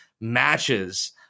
matches